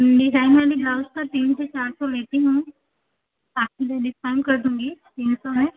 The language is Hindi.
डिजाइन में अभी ब्लाउज का तीन से चार सौ लेती हूँ आपके लिए डिस्काउंट कर दूँगी यह तो है